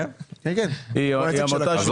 היא הוקמה ב-2016.